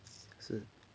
是